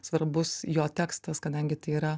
svarbus jo tekstas kadangi tai yra